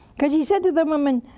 because he said to the woman,